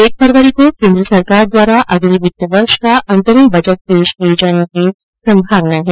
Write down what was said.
एक फरवरी को केन्द्र सरकार द्वारा अगले वित्त वर्ष का अंतरिम बजट पेश किये जाने की संभावना है